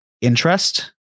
interest